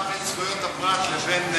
היחס שלך בין זכויות הפרט לבין,